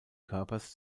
körpers